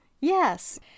Yes